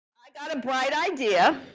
i got a bright idea,